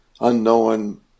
unknown